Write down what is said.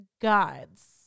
gods